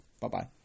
Bye-bye